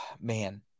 Man